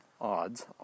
odds